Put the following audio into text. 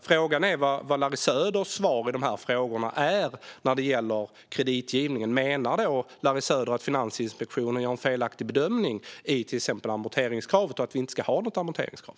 Frågan är vad Larrys Söders svar är i frågan om kreditgivningen. Menar Larry Söder att Finansinspektionen gör en felaktig bedömning vad gäller amorteringskravet och att vi inte ska ha något amorteringskrav?